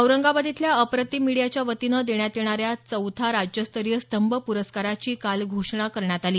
औरंगाबाद इथल्या अप्रतिम मीडियाच्या वतीनं देण्यात येणाऱ्या चौथा राज्यस्तरीय स्तंभ पुरस्काराची काल घोषणा करण्यात आली